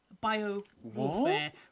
Bio-warfare